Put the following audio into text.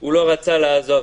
הוא לא רצה לעזוב.